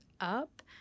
up